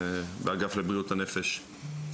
באגף לבריאות הנפש.